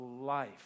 life